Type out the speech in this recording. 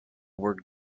word